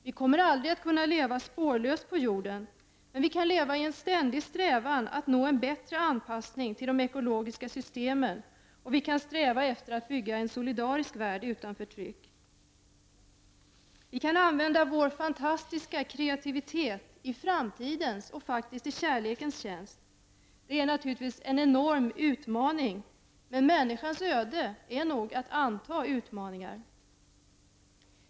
Vi kommer aldrig att kunna leva spårlöst på jorden. Men vi kan leva med en ständig strävan att nå en bättre anpassning till de ekologiska systemen. Vi kan sträva efter att bygga upp en solidarisk värld, utan förtryck. Vi kan använda vår fantastiska kreativitet så att säga i framtidens och faktiskt också i kärlekens tjänst. Det är naturligtvis en enorm utmaning. Men människans öde är nog att anta utmaningar.